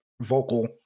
vocal